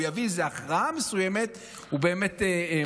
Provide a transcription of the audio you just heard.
יביא איזו ההכרעה מסוימת הוא באמת מצחיק.